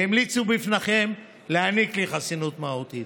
והמליצו בפניכם להעניק לי חסינות מהותית.